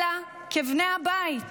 אלא כבני הבית,